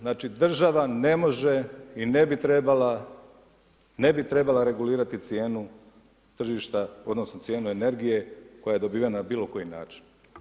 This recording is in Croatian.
Znači država ne može i ne bi trebala regulirati cijenu tržišta odnosno cijenu energije koja je dobivena na bilokoji način.